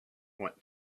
want